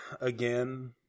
again